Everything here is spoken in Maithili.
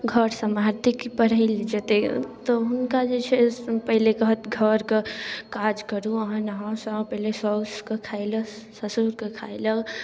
घर सम्हारतै कि पढ़ैलए जेतै तऽ हुनका जे छै से पहिले कहत घरके काज करू अहाँ नहा सोनाउ पहले साउसके खाएलए ससुरके खाएलए